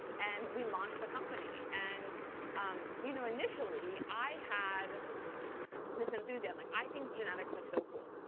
and we launched the company. and um you know initially, i had this enthusiasm. like i think genetics are so cool.